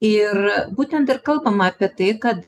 ir būtent ir kalbama apie tai kad